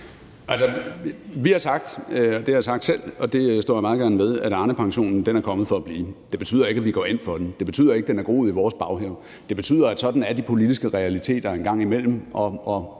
vi har sagt – det har jeg sagt selv, og det står jeg meget gerne ved – at Arnepensionen er kommet for at blive. Det betyder ikke, at vi går ind for den; det betyder ikke, at den er groet i vores baghave. Det betyder, at sådan er de politiske realiteter en gang imellem,